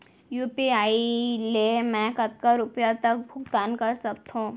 UPI ले मैं कतका रुपिया तक भुगतान कर सकथों